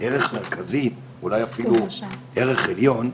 ערך מרכזי, אולי אפילו ערך עליון,